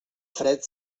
fred